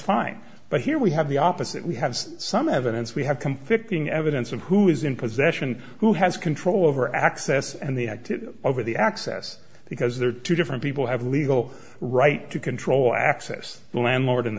fine but here we have the opposite we have some evidence we have conflicting evidence of who is in possession who has control over access and the active over the access because there are two different people have a legal right to control access the landlord